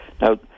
Now